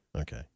Okay